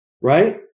Right